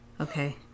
Okay